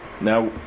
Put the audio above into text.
now